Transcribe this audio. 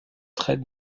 traite